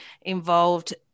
involved